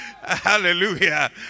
Hallelujah